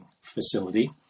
facility